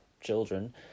children